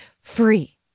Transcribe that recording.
free